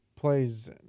plays